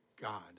God